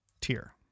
tier